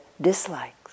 dislikes